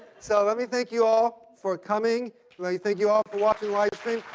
so let me thank you all for coming. let me thank you all for watching livestream.